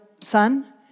son